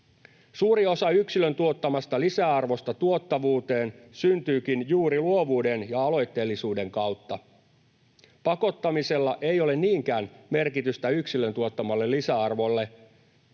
Suuri osa yksilön tuottamasta lisäarvosta tuottavuuteen syntyykin juuri luovuuden ja aloitteellisuuden kautta. Pakottamisella ei ole niinkään merkitystä yksilön tuottamalle lisäarvolle